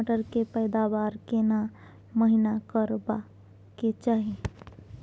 मटर के पैदावार केना महिना करबा के चाही?